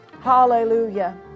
Hallelujah